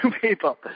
people